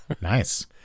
Nice